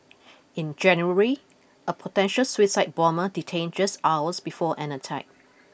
in January a potential suicide bomber detained just hours before an attack